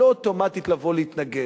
לא אוטומטית לבוא להתנגד.